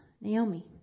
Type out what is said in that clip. Naomi